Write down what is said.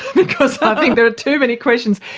because i think there are too many questions.